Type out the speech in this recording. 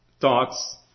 thoughts